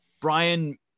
Brian